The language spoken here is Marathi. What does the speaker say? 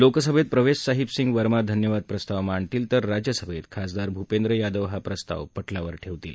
लोकसभत प्रवधिसाहिब सिंग वर्मा धन्यवाद प्रस्ताव मांडतील तर राज्यसभती खासदार भूपेंद्र यादव हा प्रस्ताव पटलावर ठव्वीील